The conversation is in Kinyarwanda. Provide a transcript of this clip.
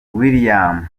william